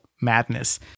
madness